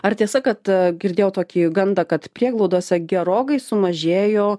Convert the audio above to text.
ar tiesa kad girdėjau tokį gandą kad prieglaudose gerokai sumažėjo